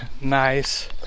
nice